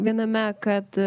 viename kad